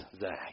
Zach